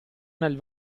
nel